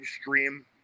stream